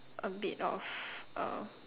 a bit of uh